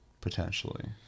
potentially